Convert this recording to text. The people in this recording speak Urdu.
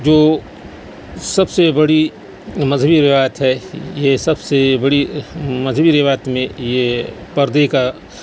جو سب سے بڑی مذہبی روایت ہے یہ سب سے بڑی مذہبی روایت میں یہ پردے کا